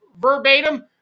verbatim